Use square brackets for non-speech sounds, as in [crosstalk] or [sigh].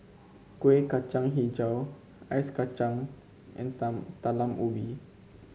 Kueh Kacang hijau Ice Kacang and [unintelligible] Talam Ubi